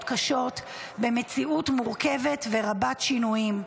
קשות במציאות מורכבת ורבת שינויים.